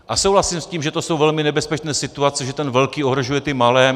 A souhlasím s tím, že to jsou velmi nebezpečné situace, že ten velký ohrožuje ty malé.